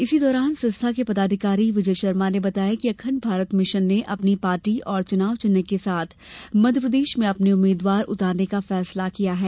इसी दौरान संस्था के पदाधिकारी विजय शर्मा ने बताया कि अखंड भारत मिशन ने अपनी पार्टी और चुनाव चिह्न के साथ मध्यप्रदेश में अपने उम्मीदवार उतारने का फैसला किया है